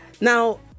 Now